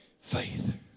faith